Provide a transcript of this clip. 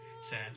Sad